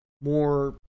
more